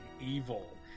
evil